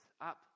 Up